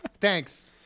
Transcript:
Thanks